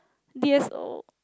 D_S_O